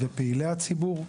ופעילי הציבור.